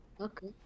okay